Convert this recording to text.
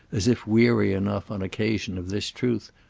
as if weary enough, on occasion, of this truth.